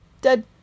dead